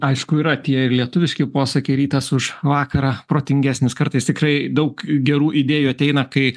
aišku yra tie ir lietuviški posakiai rytas už vakarą protingesnis kartais tikrai daug gerų idėjų ateina kai